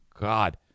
God